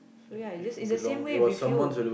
so ya is just is the same way with you